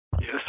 Yes